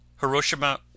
Hiroshima